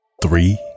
Three